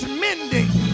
mending